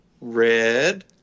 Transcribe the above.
red